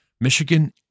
Michigan